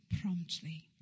promptly